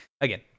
again